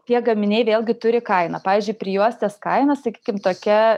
tie gaminiai vėlgi turi kainą pavyzdžiui prijuostės kaina sakykim tokia